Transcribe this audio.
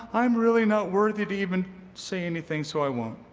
i'm really not worthy to even say anything, so i won't.